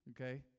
Okay